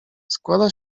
składa